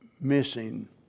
missing